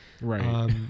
Right